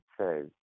says